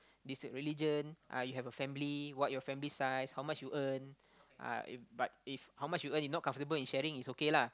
this religion uh you have a family what your family size how much you earn uh if but if how much you earn you not comfortable in sharing is okay lah